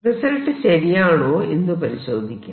result ശരിയാണോ എന്ന് പരിശോധിക്കാം